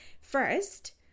first